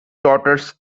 daughters